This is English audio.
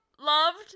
loved